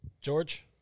George